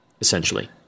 essentially